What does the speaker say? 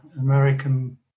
American